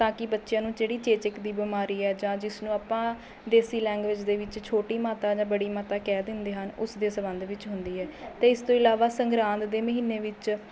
ਤਾਂ ਕਿ ਬੱਚਿਆਂ ਨੂੰ ਜਿਹੜੀ ਚੇਚਕ ਦੀ ਬਿਮਾਰੀ ਹੈ ਜਾਂ ਜਿਸ ਨੂੰ ਆਪਾਂ ਦੇਸੀ ਲੈਂਗਵੇਂਜ ਦੇ ਵਿੱਚ ਛੋਟੀ ਮਾਤਾ ਜਾਂ ਬੜੀ ਮਾਤਾ ਕਹਿ ਦਿੰਦੇ ਹਨ ਉਸਦੇ ਸੰਬੰਧ ਵਿੱਚ ਹੁੰਦੀ ਹੈ ਅਤੇ ਇਸ ਤੋਂ ਇਲਾਵਾ ਸੰਗਰਾਂਦ ਦੇ ਮਹੀਨੇ ਵਿੱਚ